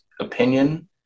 opinion